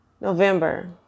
November